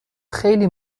خیلی